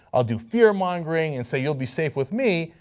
will do fear mongering and say you will be safe with me,